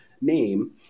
name